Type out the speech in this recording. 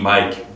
Mike